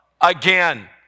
Again